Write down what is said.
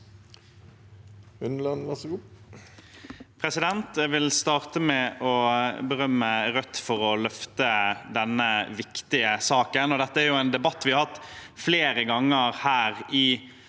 Jeg vil starte med å berømme Rødt for å løfte denne viktige saken. Dette er en debatt vi har hatt flere ganger her i